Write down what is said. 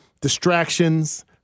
distractions